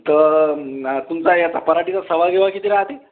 तर तुमचा ये आता पराठीचा सवाबिवा किती राहते